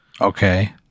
Okay